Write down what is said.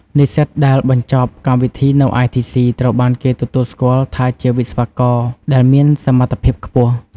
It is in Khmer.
និស្សិតដែលបញ្ចប់កម្មវិធីនៅITC ត្រូវបានគេទទួលស្គាល់ថាជាវិស្វករដែលមានសមត្ថភាពខ្ពស់។